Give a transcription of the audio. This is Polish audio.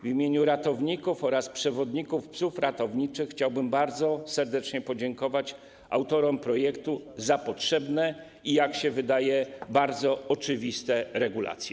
W imieniu ratowników oraz przewodników psów ratowniczych chciałbym bardzo serdecznie podziękować autorom projektu za potrzebne i, jak się wydaje, bardzo oczywiste regulacje.